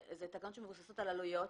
אלה תקנות שמבוססות על עלויות.